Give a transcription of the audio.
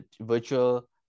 virtual